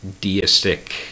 deistic